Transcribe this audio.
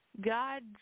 God